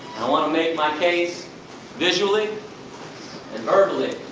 i wanna make my case visually and verbally.